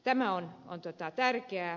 tämä on tärkeää